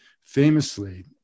famously